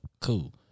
cool